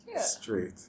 straight